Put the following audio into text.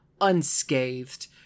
unscathed